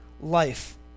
life